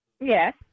Yes